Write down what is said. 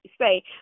say